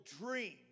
dream